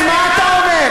תסלח לי, אז מה אתה אומר?